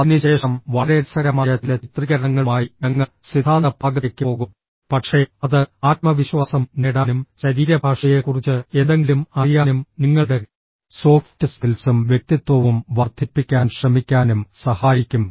അതിനുശേഷം വളരെ രസകരമായ ചില ചിത്രീകരണങ്ങളുമായി ഞങ്ങൾ സിദ്ധാന്ത ഭാഗത്തേക്ക് പോകും പക്ഷേ അത് ആത്മവിശ്വാസം നേടാനും ശരീരഭാഷയെക്കുറിച്ച് എന്തെങ്കിലും അറിയാനും നിങ്ങളുടെ സോഫ്റ്റ് സ്കിൽസും വ്യക്തിത്വവും വർദ്ധിപ്പിക്കാൻ ശ്രമിക്കാനും സഹായിക്കും